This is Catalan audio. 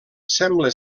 sembla